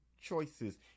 choices